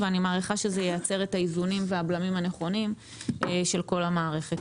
אני מעריכה שזה ייצר את האיזונים והבלמים הנכונים של כל המערכת.